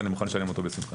אני מוכן לשלם אותו בשמחה.